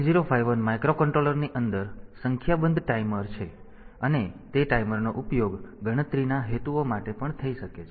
8051 microcontroller ની અંદર સંખ્યાબંધ ટાઈમર છે અને તે ટાઈમરનો ઉપયોગ ગણતરીના હેતુઓ માટે પણ થઈ શકે છે